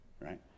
Right